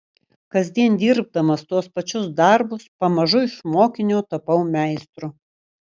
kasdien dirbdamas tuos pačius darbus pamažu iš mokinio tapau meistru